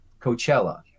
Coachella